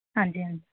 ਹਾਂਜੀ ਹਾਂਜੀ